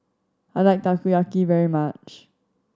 I like Takoyaki very much